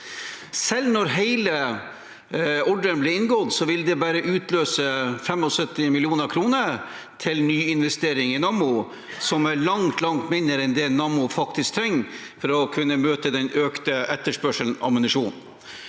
Selv når hele ordren blir inngått, vil det bare utløse 75 mill. kr til nyinvestering i Nammo, som er langt mindre enn det Nammo faktisk trenger for å kunne møte den økte etterspørselen etter ammunisjon.